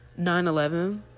9-11